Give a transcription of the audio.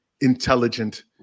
intelligent